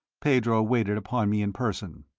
pedro waited upon me in person.